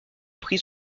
prit